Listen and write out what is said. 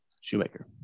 Shoemaker